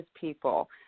people